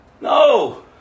No